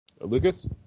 Lucas